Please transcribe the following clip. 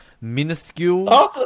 Minuscule